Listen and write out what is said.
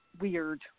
weird